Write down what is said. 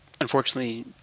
unfortunately